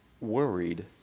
worried